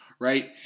right